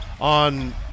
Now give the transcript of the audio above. on